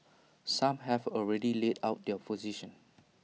some have already laid out their position